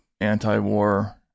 anti-war